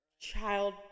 child